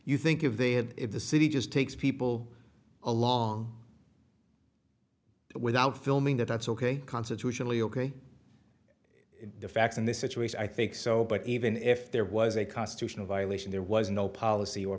you think if they had if the city just takes people along without filming that that's ok constitutionally ok the facts in this situation i think so but even if there was a constitutional violation there was no policy or